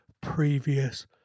previous